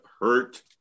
hurt